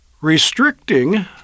restricting